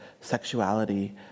sexuality